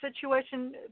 situation